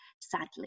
sadly